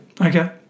okay